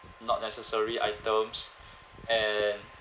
not necessary items and